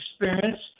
experience